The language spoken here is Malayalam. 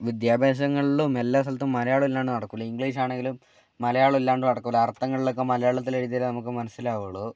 വിദ്യാഭ്യാസങ്ങളിലും എല്ലാ സ്ഥലത്തും മലയാളം ഇല്ലാണ്ട് നടക്കില്ല ഇംഗ്ലീഷാണെങ്കിലും മലയാളം ഇല്ലാണ്ട് നടക്കില്ല അർഥങ്ങളിലൊക്കെ മലയാളത്തിലെഴുതിയാലെ നമുക്ക് മനസ്സിലാവുള്ളൂ